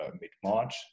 mid-March